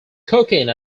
cocaine